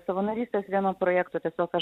savanorystės vieno projekto tiesiog aš